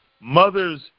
Mothers